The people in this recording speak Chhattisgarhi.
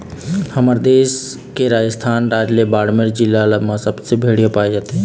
हमर देश के राजस्थान राज के बाड़मेर जिला म सबले जादा भेड़िया पाए जाथे